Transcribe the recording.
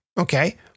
Okay